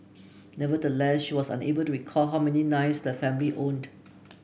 nevertheless she was unable to recall how many knives the family owned